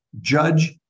judge